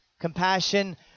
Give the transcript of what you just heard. Compassion